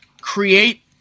create